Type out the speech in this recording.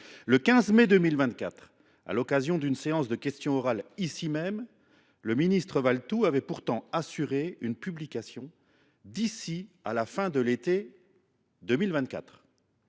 Le 15 mai 2024, à l’occasion d’une séance de questions orales, ici même, le ministre Valletoux avait pourtant assuré une publication d’ici à la fin de l’été 2024.